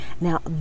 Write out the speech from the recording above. now